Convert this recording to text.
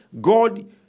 God